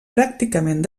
pràcticament